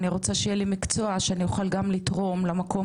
אני רוצה שיהיה לי מקצוע שאני אוכל גם לתרום למקום